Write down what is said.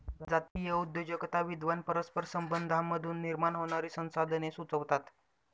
जातीय उद्योजकता विद्वान परस्पर संबंधांमधून निर्माण होणारी संसाधने सुचवतात